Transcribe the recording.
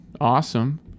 awesome